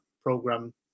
program